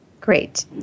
Great